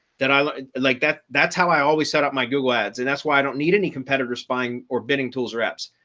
that i like like that that's how i always set up my google ads. and that's why i don't need any competitor spying or bidding tools or apps.